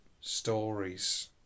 stories